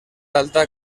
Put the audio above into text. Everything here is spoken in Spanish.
alta